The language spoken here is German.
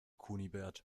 kunibert